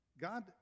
God